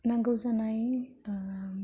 नांगौ जानाय